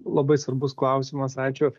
labai svarbus klausimas ačiū